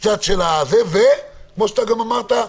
וכמו שגם אמרת,